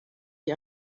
sie